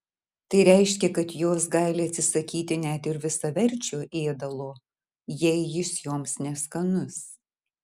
tai reiškia kad jos gali atsisakyti net ir visaverčio ėdalo jei jis joms neskanus